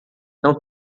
não